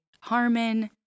Harmon